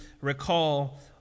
recall